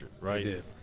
right